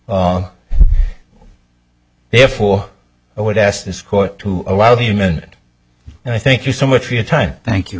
therefore i would ask this court to allow the human and i think you so much for your time thank